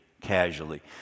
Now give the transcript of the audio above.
casually